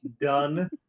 done